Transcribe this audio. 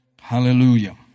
Hallelujah